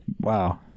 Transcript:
Wow